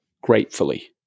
gratefully